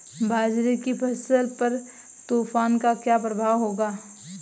बाजरे की फसल पर तूफान का क्या प्रभाव होगा?